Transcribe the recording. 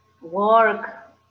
work